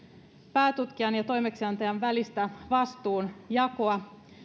päätutkijan ja toimeksiantajan välistä vastuunjakoa